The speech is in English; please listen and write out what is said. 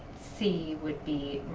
c would be